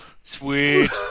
Sweet